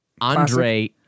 Andre